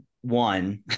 one